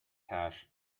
cash